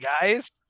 guys